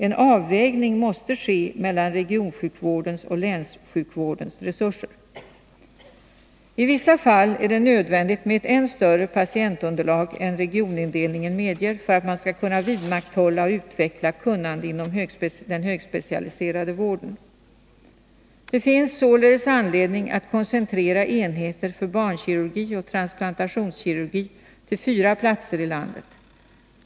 En avvägning måste ske mellan regionsjukvårdens och länssjukvårdens resurser. I vissa fall är det nödvändigt med ett än större patientunderlag än regionindelningen medger för att man skall kunna vidmakthålla och utveckla kunnande inom den högspecialiserade vården. Det finns således anledning att koncentrera enheter för barnkirugi och transplantationskirurgi till fyra platser.